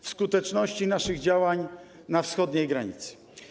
W skuteczności naszych działań na wschodniej granicy.